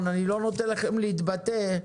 לפי חוק הגנת הצרכן שמחילים את התקנים שהם לכאורה לא